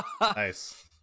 Nice